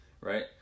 right